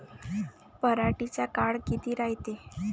पराटीचा काळ किती रायते?